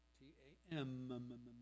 T-A-M